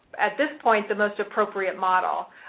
at this point, the most appropriate model.